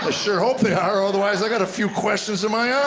ah sure hope they are or otherwise i got a few questions of my ah